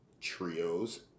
trios